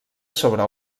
sobre